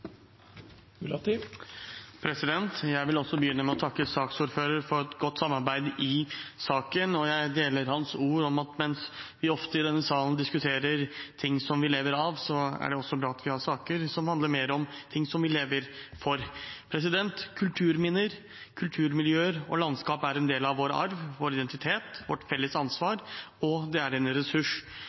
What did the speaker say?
Jeg vil også begynne med å takke saksordføreren for et godt samarbeid i saken, og jeg slutter meg til hans ord om at mens vi ofte i denne salen diskuterer ting som vi lever av, er det også iblant vi har saker som handler mer om ting som vi lever for. Kulturminner, kulturmiljøer og -landskap er en del av vår arv og identitet, vårt felles ansvar, og det er en ressurs.